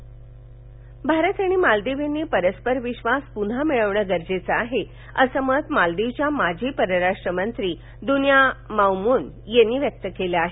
मालदीव भारत आणि मालदिव यांनी परस्पर विक्वास पुन्हा मिळवणं गरजेचं आहे असं मत मालदिवच्या माजी परराष्ट्र मंत्री दुन्या माऊमुन यांनी व्यक्त केलं आहे